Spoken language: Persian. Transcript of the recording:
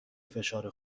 فشار